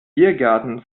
biergarten